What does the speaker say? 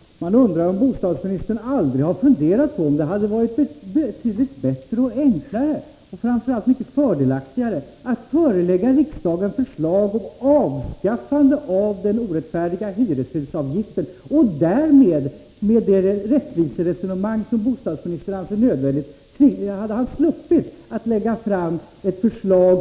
Herr talman! Man undrar om bostadsministern alls har funderat över om det inte hade varit betydligt bättre och enklare och framför allt mycket fördelaktigare att förelägga riksdagen förslag om avskaffande av den orättfärdiga hyreshusavgiften. Med det rättviseresonemang som bostadsministern anser nödvändigt hade han därmed sluppit att lägga fram ett förslag